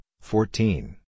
fourteen